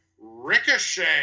Ricochet